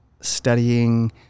studying